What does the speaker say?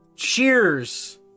cheers